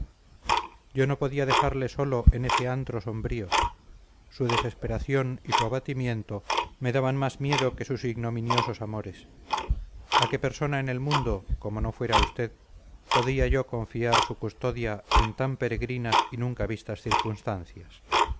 yo no podía dejarle solo en ese antro sombrío su desesperación y su abatimiento me daban más miedo que sus ignominiosos amores a qué persona en el mundo como no fuera usted podía yo confiar su custodia en tan peregrinas y nunca vistas circunstancias